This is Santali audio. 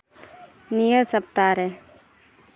ᱱᱤᱭᱟᱹ ᱥᱚᱯᱛᱟ ᱨᱮ